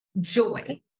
joy